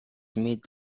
mid